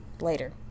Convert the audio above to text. later